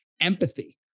empathy